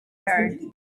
heard